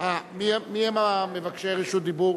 מיהם מבקשי רשות הדיבור?